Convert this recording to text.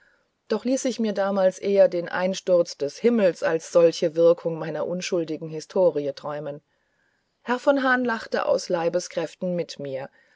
doch ließ ich mir damals eher den einsturz des himmels als eine solche wirkung meiner unschuldigen historie träumen herr von hahn lachte aus leibeskräften mit mir